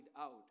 out